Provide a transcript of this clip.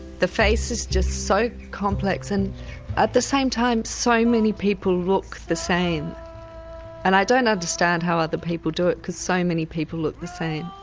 the face is just so complex and at the same time so many people look the same and i don't understand how other people do it because so many people look the same.